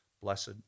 Blessed